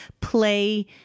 play